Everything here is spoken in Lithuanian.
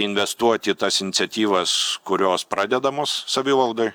investuoti į tas iniciatyvas kurios pradedamos savivaldoj